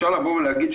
אפשר לבוא ולהגיד,